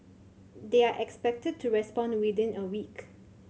they are expected to respond within a week